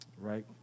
Right